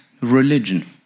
religion